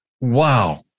Wow